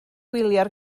wylio